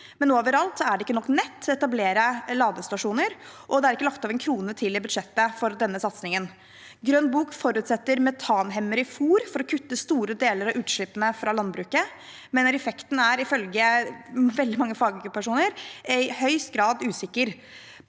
overalt er det ikke nok nett til å etablere ladestasjoner, og det er ikke lagt av én krone i budsjettet til denne satsingen. Grønn bok forutsetter metanhemmere i fôr for å kutte store deler av utslippene fra landbruket, men effekten er, ifølge veldig